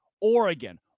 Oregon